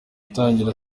gutangira